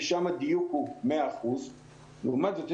ושם הדיוק הוא 100%. לעומת זאת יש